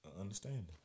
understanding